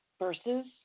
versus